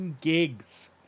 gigs